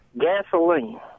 Gasoline